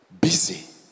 Busy